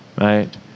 right